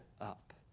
up